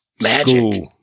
Magic